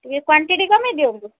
ଟିକେ କ୍ଵାଣ୍ଟିଟି କମେଇ ଦିଅନ୍ତୁ